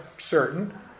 certain